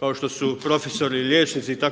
kao što su profesori, liječnici itd.,